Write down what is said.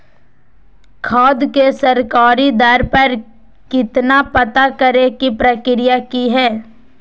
खाद के सरकारी दर पर कीमत पता करे के प्रक्रिया की हय?